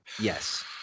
Yes